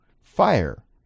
fire